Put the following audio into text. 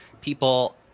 People